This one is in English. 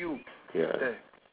ya